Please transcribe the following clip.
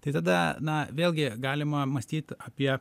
tai tada na vėlgi galima mąstyt apie